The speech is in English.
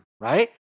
right